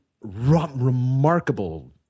remarkable